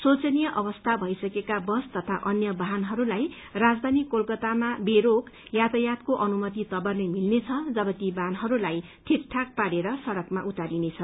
शोचनीय अवस्था भइसकेका बस तथा अन्य वाहनहरूलाई राजधानी कोलकतामा बेरोक यातायातको अनुमति तब नै मिल्नेछ जब ती वाहनहरूलाइ ठीकठाक पारेर सड़कमा उतारिनेछ